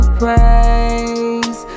praise